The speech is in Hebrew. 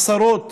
עשרות